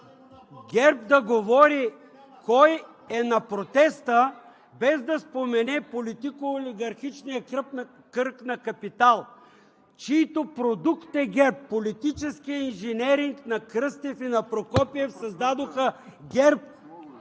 ГЕРБ да говори кой е на протеста, без да спомене политико-олигархичния кръг на „Капитал“, чийто продукт е ГЕРБ?! Политическият инженеринг на Кръстев и на Прокопиев създадоха ГЕРБ,